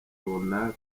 runaka